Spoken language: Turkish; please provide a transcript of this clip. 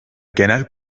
genel